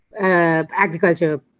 agriculture